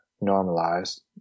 normalized